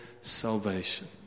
salvation